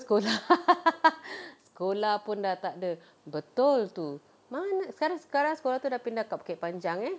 sekolah sekolah pun sudah tak ada betul tu mana sana sekarang sekolah tu sudah pindah dekat bukit panjang eh